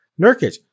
Nurkic